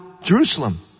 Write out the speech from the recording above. Jerusalem